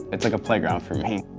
it's like a playground for me.